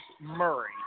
Murray